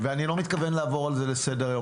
ואני לא מתכוון לעבור על זה לסדר היום,